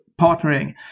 partnering